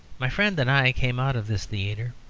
my friend and i came out of this theatre,